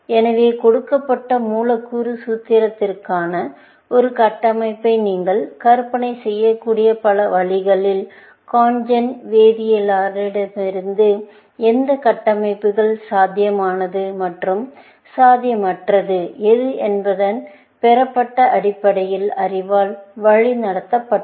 எனவே கொடுக்கப்பட்ட மூலக்கூறு சூத்திரத்திற்கான ஒரு கட்டமைப்பை நீங்கள் கற்பனை செய்யக்கூடிய பல வழிகளில் CONGEN வேதியியலாளரிடமிருந்து எந்த கட்டமைப்புகள் சாத்தியமானது மற்றும் சாத்தியமற்றது எது என்பதன் பெறப்பட்ட அடிப்படை அறிவால் வழி நடத்தப்பட்டது